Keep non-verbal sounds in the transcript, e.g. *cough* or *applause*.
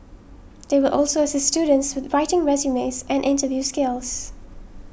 they will also assist students *unintelligible* writing resumes and interview skills